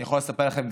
אני יכול לספר לכם,